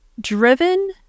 driven